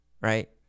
Right